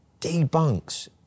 debunks